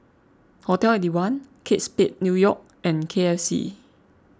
hotel eight one Kate Spade New York and K F C